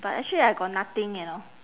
but actually I got nothing you know